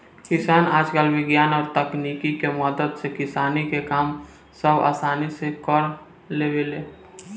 किसान आजकल विज्ञान और तकनीक के मदद से किसानी के काम सब असानी से कर लेवेले